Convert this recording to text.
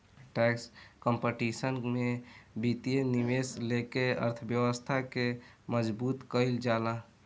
tax competition से वित्तीय निवेश लेके अर्थव्यवस्था के मजबूत कईल जाला